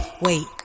Wait